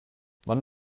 wann